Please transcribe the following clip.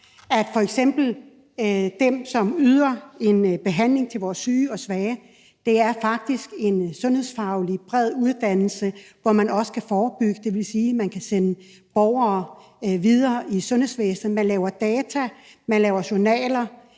at f.eks. dem, som yder en behandling til vores syge og svage, har en sundhedsfaglig bred uddannelse, der gør, at de også kan forebygge, og det vil sige, at de kan sende borgere videre i sundhedsvæsenet. Man laver data, man laver journaler,